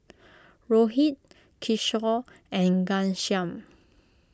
Rohit Kishore and Ghanshyam